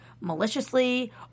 maliciously